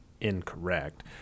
incorrect